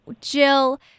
Jill